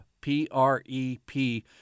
P-R-E-P